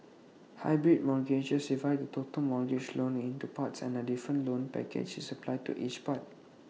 hybrid mortgages divides the total mortgage loan into parts and A different loan package is applied to each part